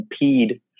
impede